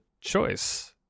choice